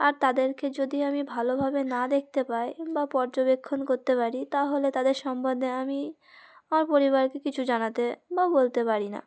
আর তাদেরকে যদি আমি ভালোভাবে না দেখতে পাই বা পর্যবেক্ষণ করতে পারি তাহলে তাদের সম্বন্ধে আমি আমার পরিবারকে কিছু জানাতে বা বলতে পারি না